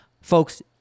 Folks